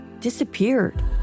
disappeared